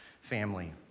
family